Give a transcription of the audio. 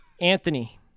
Anthony